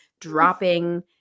dropping